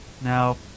Now